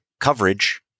coverage